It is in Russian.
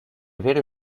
верю